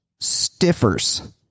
stiffers